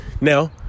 Now